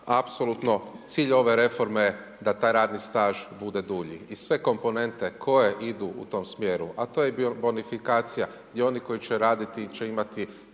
apsolutno cilj ove reforme, da taj radni staž bude dulji i sve komponente koje idu u tom smjeru, a to je bonifikacija i onih koji će raditi će imati